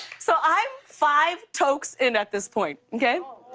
so, i'm five tokes in at this point, okay?